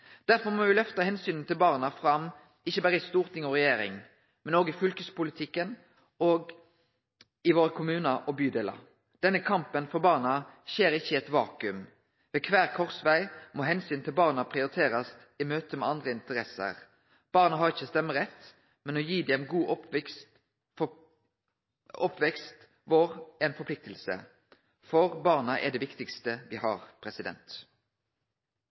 Derfor må me løfte omsynet til barna fram, ikkje berre i storting og regjering, men òg i fylkespolitikken og i kommunane og bydelane våre. Denne kampen for barna skjer ikkje i eit vakuum, ved kvar korsveg må omsynet til barna prioriterast i møte med andre interesser. Barn har ikkje stemmerett, men me har plikt til å gi dei ein god oppvekst, for barna er det viktigaste me har.